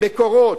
"מקורות",